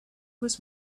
was